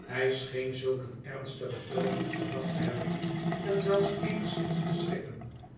hij scheen zulk een ernstigen toon niet verwacht te hebben en zelfs eenigszins te schrikken